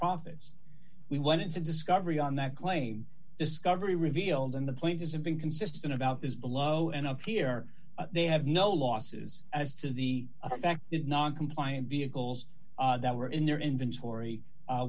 profits we went into discovery on that claim discovery revealed and the point is have been consistent about this below and up here they have no losses as to the effect that non compliant vehicles that were in their inventory